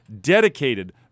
dedicated